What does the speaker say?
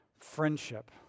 friendship